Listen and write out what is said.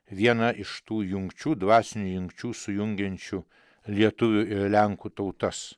viena iš tų jungčių dvasinių jungčių sujungiančių lietuvių ir lenkų tautas